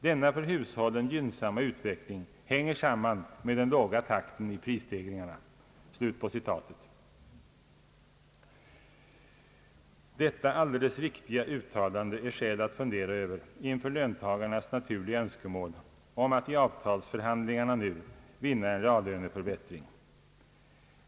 Denna för hushållen gynnsamma utveckling hänger samman med den låga takten i prisstegringarna.» Detta alldeles riktiga uttalande är skäl att fundera över inför löntagarnas naturliga önskemål att i avtalsförhandlingarna nu vinna en reallöneförbättring.